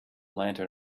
lantern